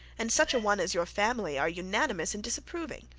and such a one as your family are unanimous in disapproving